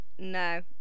No